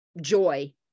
joy